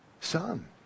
son